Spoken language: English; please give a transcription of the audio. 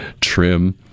trim